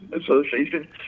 Association